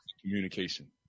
communication